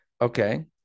okay